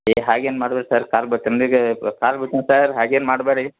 ಏ ಹಾಗೇನು ಮಾಡ್ಬೇಡಿ ಸರ್ ಕಾಲ್ಗೆ ಬೀಳ್ತೇನೆ ನಿಮಗೆ ಕಾಲ್ಗೆ ಬೀಳ್ತೇನೆ ಸರ್ ಹಾಗೇನು ಮಾಡ್ಬ್ಯಾಡಿ